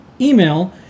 email